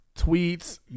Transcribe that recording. tweets